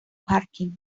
parking